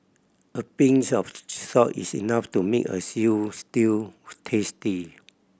a pinch of salt is enough to make a stew tasty